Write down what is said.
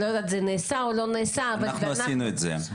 אני לא יודעת אם זה נעשה או לא נעשה --- אנחנו עשינו את זה.